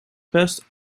best